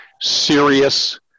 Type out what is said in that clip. serious